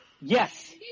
Yes